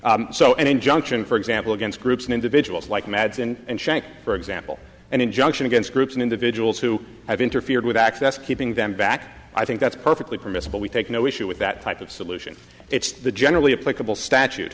regulation so an injunction for example against groups and individuals like mads and shank for example an injunction against groups and individuals who have interfered with access keeping them back i think that's perfectly permissible we take no issue with that type of solution it's the generally applicable statute